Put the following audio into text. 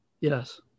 Yes